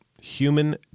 human